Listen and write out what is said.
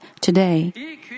today